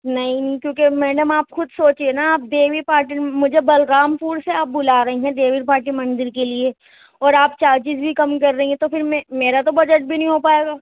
نہیں کیونکہ میڈم آپ خود سوچیے نا آپ دیوی پاٹل مجھے بلرام پور سے آپ بلا رہی ہیں دیوی پاٹل مندر کے لیے اور آپ چارجز بھی کم کر رہی ہیں تو پھر میں میرا تو بجٹ بھی نہیں ہو پائے گا